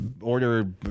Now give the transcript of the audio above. order